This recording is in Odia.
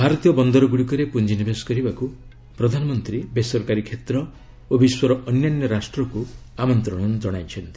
ଭାରତୀୟ ବନ୍ଦରଗୁଡ଼ିକରେ ପୁଞ୍ଜିନିବେଶ କରିବାକୁ ପ୍ରଧାନମନ୍ତ୍ରୀ ବେସରକାରୀ କ୍ଷେତ୍ର ଓ ବିଶ୍ୱର ଅନ୍ୟାନ୍ୟ ରାଷ୍ଟ୍ରକୁ ଆମନ୍ତ୍ରଣ ଜଣାଇଛନ୍ତି